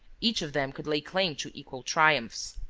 each of them could lay claim to equal triumphs.